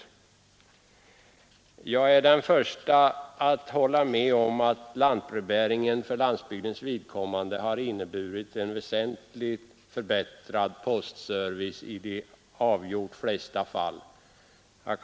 Jag är den förste att hålla med om att lantbrevbäringen för landsbygdens vidkommande har inneburit en väsentligt förbättrad postservice i det avgjort övervägande antalet fall.